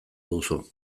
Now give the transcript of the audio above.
duzu